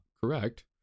correct